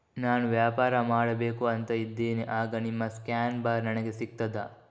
ನಾನು ವ್ಯಾಪಾರ ಮಾಡಬೇಕು ಅಂತ ಇದ್ದೇನೆ, ಆಗ ನಿಮ್ಮ ಸ್ಕ್ಯಾನ್ ಬಾರ್ ನನಗೆ ಸಿಗ್ತದಾ?